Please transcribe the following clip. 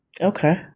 Okay